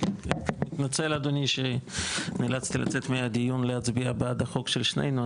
מתנצל אדוני שנאלצתי לצאת מהדיון להצביע בעד החוק של שנינו,